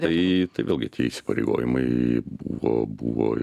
tai tai vėlgi tie įsipareigojimai buvo buvo